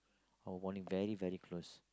our bonding very very close